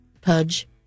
pudge